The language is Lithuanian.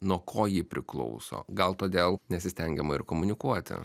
nuo ko ji priklauso gal todėl nesistengiama ir komunikuoti